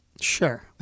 Sure